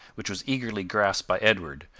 which was eagerly grasped by edward,